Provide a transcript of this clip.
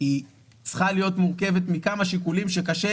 היא צריכה להיות מורכבת מכמה שיקולים שקשה